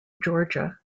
georgia